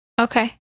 Okay